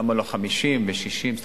למה לא 50% ו-60%?